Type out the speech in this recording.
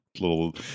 Little